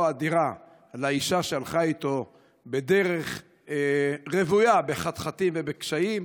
האדירה לאישה שהלכה איתו בדרך חתחתים רוויית בקשיים,